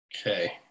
Okay